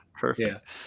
Perfect